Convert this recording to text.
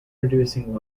producing